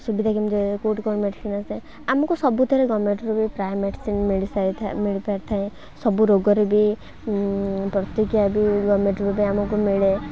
ସୁବିଧା କେମିତି କେଉଁଠି କ'ଣ ମେଡ଼ିସିନ୍ ଆସେ ଆମକୁ ସବୁଥିରେ ଗଭର୍ଣ୍ଣମେଣ୍ଟ୍ରୁ ବି ପ୍ରାୟ ମେଡ଼ିସିନ୍ ମିଳିସାରିଥାଏ ମିଳିପାରିଥାଏ ସବୁ ରୋଗରେ ବି ପ୍ରତିକ୍ରିୟା ବି ଗଭର୍ଣ୍ଣମେଣ୍ଟ୍ରୁ ବି ଆମକୁ ମିଳେ